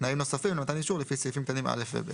תנאים נוספים למתן אישור לפי סעיפים קטנים (א) ו-(ב).